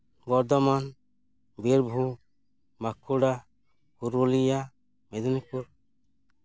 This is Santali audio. ᱵᱚᱨᱫᱷᱚᱢᱟᱱ ᱵᱤᱨᱵᱷᱩᱢ ᱵᱟᱸᱠᱩᱲᱟ ᱯᱩᱨᱩᱞᱤᱭᱟᱹ ᱢᱮᱫᱽᱱᱤᱯᱩᱨ